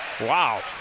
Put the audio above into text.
Wow